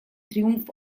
триумф